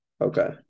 Okay